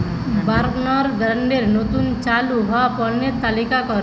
Bergner ব্র্যান্ডের নতুন চালু হওয়া পণ্যের তালিকা কর